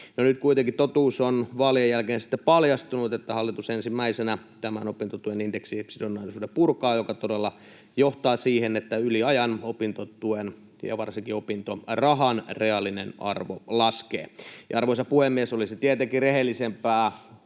nyt kuitenkin totuus on vaalien jälkeen paljastunut, että hallitus ensimmäisenä tämän opintotuen indeksisidonnaisuuden purkaa, mikä todella johtaa siihen, että yli ajan opintotuen ja varsinkin opintorahan reaalinen arvo laskee. Arvoisa puhemies! Olisi tietenkin rehellisempää